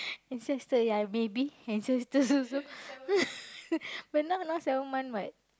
ancestor ya maybe ancestors also but now not seven month [what]